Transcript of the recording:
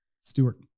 Stewart